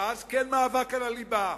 ואז כן מאבק על הליבה,